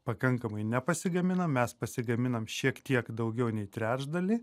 pakankamai nepasigaminam mes pasigaminam šiek tiek daugiau nei trečdalį